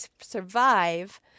survive